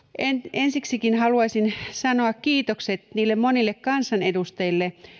ensiksikin haluaisin sanoa kiitokset niille monille kansanedustajille